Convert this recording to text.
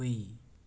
ꯍꯨꯏ